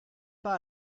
pas